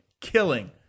killing